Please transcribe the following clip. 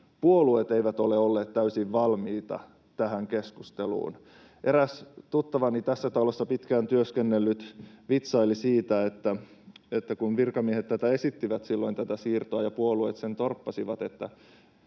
puolueet eivät ehkä ole olleet täysin valmiita tähän keskusteluun. Eräs tuttavani, tässä talossa pitkään työskennellyt, vitsaili siitä, kun virkamiehet esittivät silloin tätä siirtoa ja puolueet sen torppasivat,